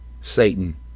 Satan